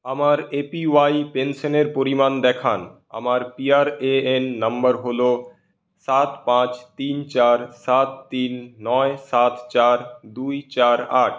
আমার A P Y পেনশনের পরিমাণ দেখান আমার P R A N number হল সাত পাঁচ তিন চার সাত তিন নয় সাত চার দুই চার আট